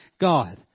God